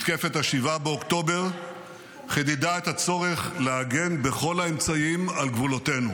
מתקפת 7 באוקטובר חידדה את הצורך להגן בכל האמצעים על גבולותינו,